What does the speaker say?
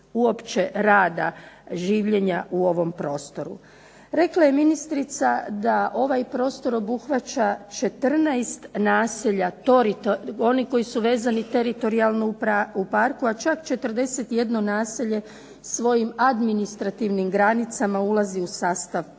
uopće rada življenja u ovom prostoru. Rekla je ministrica da ovaj prostor obuhvaća 14 naselja oni koji su vezani teritorijalno u parku, a čak 41 naselje svojim administrativnim granicama ulazi u sastav parka.